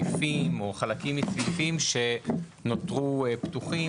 סעיפים או חלקים מסעיפים שנותרו פתוחים,